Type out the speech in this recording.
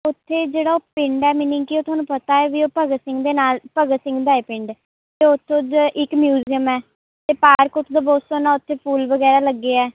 ਉੱਥੇ ਜਿਹੜਾ ਪਿੰਡ ਹੈ ਮੀਨਿੰਗ ਕਿ ਉਹ ਤੁਹਾਨੂੰ ਪਤਾ ਹੈ ਵੀ ਉਹ ਭਗਤ ਸਿੰਘ ਦੇ ਨਾਲ ਭਗਤ ਸਿੰਘ ਦਾ ਹੈ ਪਿੰਡ ਅਤੇ ਉੱਥੋਂ ਦੇ ਇੱਕ ਮਿਊਜ਼ੀਅਮ ਹੈ ਅਤੇ ਪਾਰਕ ਉੱਥੇ ਦਾ ਬਹੁਤ ਸੋਹਣਾ ਉੱਥੇ ਫੁੱਲ ਵਗੈਰਾ ਲੱਗੇ ਹੈ